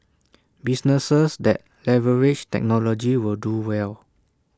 businesses that leverage technology will do well